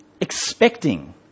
expecting